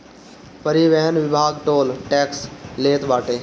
परिवहन विभाग toll tax लेत बाटे